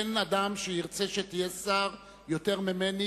אין אדם שירצה שתהיה שר יותר ממני.